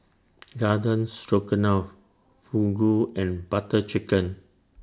Garden Stroganoff Fugu and Butter Chicken